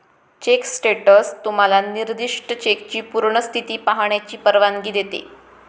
check status तुम्हाला निर्दिष्ट चेकची पूर्ण स्थिती पाहण्याची परवानगी देते